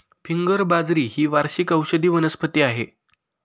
finger बाजरी ही एक वार्षिक औषधी वनस्पती आहे